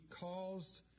caused